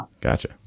Gotcha